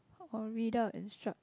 or read out instruc~